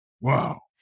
Wow